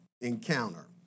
encounter